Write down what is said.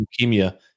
leukemia